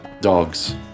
Dogs